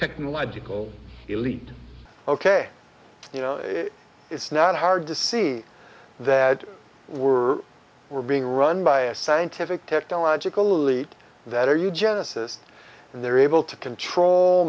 technological elite ok you know it's not hard to see that we're we're being run by a scientific technological elite that are you genesis and they're able to control